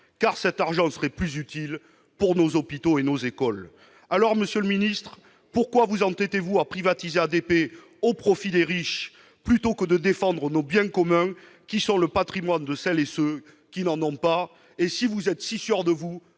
car cet argent serait plus utile à nos hôpitaux et nos écoles. Pourquoi vous entêtez-vous à privatiser ADP au profit des riches, plutôt que de défendre nos biens communs qui sont le patrimoine de celles et ceux qui n'en ont pas ? Si vous êtes si sûr de vous,